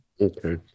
Okay